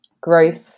growth